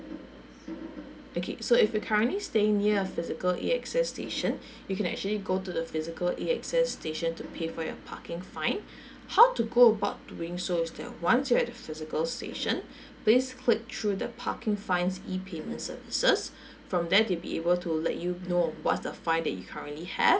okay so if you're currently staying near a physical A_X_S station you can actually go to the physical A_X_S station to pay for your parking fine how to go about doing so is that once you're at the physical station please click through the parking fine's e payment services from there they'll be able to let you know what's the fine that you currently have